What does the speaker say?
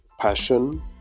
passion